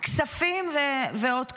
כספים ועוד כמה.